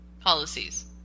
policies